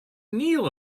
neal